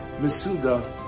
Masuda